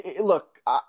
Look